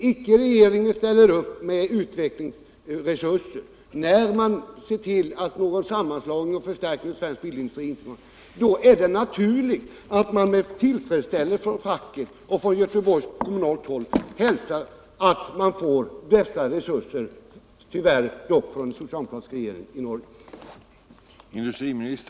När regeringen inte ställer upp med utvecklingsresurser, när den ser till att någon sammanslagning och förstärkning av svensk bilindustri inte kommer till stånd, då är det naturligt att man från facket och från kommunalt håll i Göteborg hälsar med tillfredsställelse att man får dessa resurser från en socialdemokratisk regering i Norge.